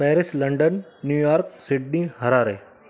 Paris London New York Sydney Harare